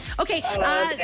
Okay